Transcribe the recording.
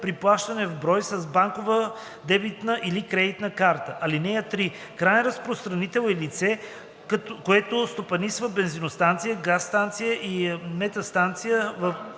при плащане в брой, с банкова дебитна или кредитна карта. (3) Краен разпространител е лице, което стопанисва бензиностанция, газстанция или метанстанция, в